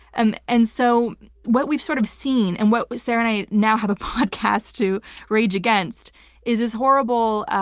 and and so what we've sort of seen and what sarah and i now have a podcast to rage against is this horrible